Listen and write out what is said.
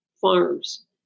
farms